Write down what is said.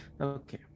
Okay